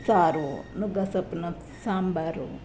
ಸಾರು ನುಗ್ಗೆ ಸೊಪ್ಪಿನ ಸಾಂಬಾರು